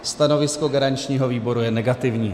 Stanovisko garančního výboru je negativní.